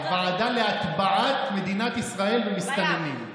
הוועדה להטבעת מדינת ישראל במסתננים.